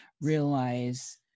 realize